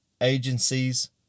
agencies